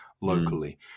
locally